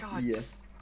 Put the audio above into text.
Yes